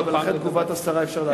אבל אחרי תגובת השרה אי-אפשר לעלות?